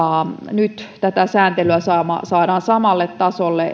nyt tätä sääntelyä saadaan samalle tasolle